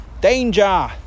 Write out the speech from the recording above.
danger